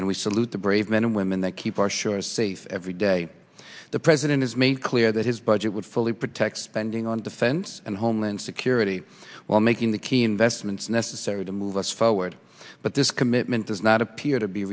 and we salute the brave men and women that keep our shores safe every day the president has made clear that his budget would fully protect spending on defense and homeland security while making the key investments necessary to move us forward but this commitment does not appear to be